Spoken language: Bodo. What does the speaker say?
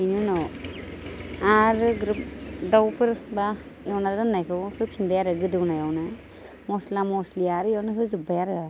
बेनि उनाव आरो ग्रोब दावफोर बा एवना दोननायखौ होफिनबाय आरो गोदौनायावनो मस्ला मस्लि आरो एयावनो होजोबबाय आरो